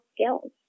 skills